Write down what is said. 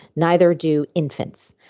neither do infants.